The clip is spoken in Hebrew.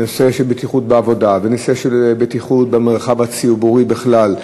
בנושא של בטיחות בעבודה,